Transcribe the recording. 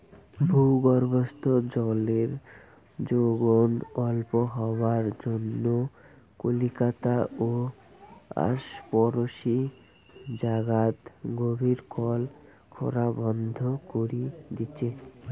ভূগর্ভস্থ জলের যোগন অল্প হবার জইন্যে কলিকাতা ও আশপরশী জাগাত গভীর কল খোরা বন্ধ করি দিচে